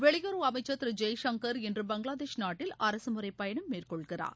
வெளியுறவு அமைச்சர் திரு ஜெய்சங்கர் இன்று பங்களாதேஷ் நாட்டில் அரசு முறை பயணம் மேற்கொள்கிறார்